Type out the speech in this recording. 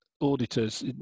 auditors